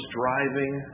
driving